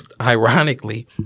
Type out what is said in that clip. ironically